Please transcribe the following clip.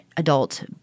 Adult